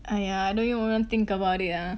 !aiya! I don't even want to think about it ah